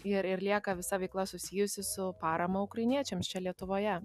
ir ir lieka visa veikla susijusi su parama ukrainiečiams čia lietuvoje